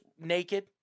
naked